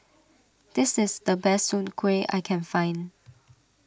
this is the best Soon Kueh I can find